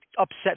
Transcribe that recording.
upset